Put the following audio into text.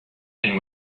and